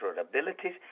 abilities